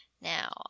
Now